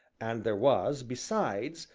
and there was, besides,